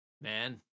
man